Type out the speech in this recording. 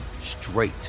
straight